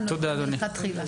תודה.